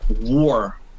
war